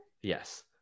Yes